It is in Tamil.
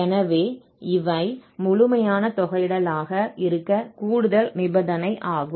எனவே இவை முழுமையான தொகையிடலாக இருக்க கூடுதல் நிபந்தனை ஆகும்